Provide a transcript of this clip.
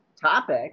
topic